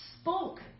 spoke